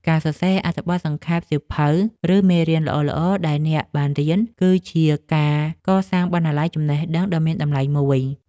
ការសរសេរអត្ថបទសង្ខេបសៀវភៅ ឬមេរៀនល្អៗដែលអ្នកបានរៀន គឺជាការកសាងបណ្ណាល័យចំណេះដឹងដ៏មានតម្លៃមួយ។